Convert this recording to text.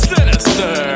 Sinister